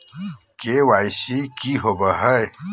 KYC की होबो है?